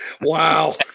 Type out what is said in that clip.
Wow